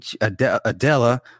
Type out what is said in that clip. Adela